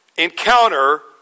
encounter